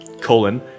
colon